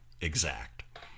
exact